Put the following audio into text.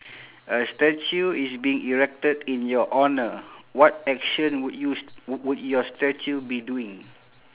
a statue is being erected in your honour what action would you s~ w~ would your statue be doing